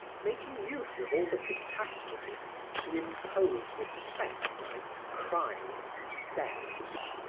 making use of all the catastrophes to impose respect on its crimes and thefts.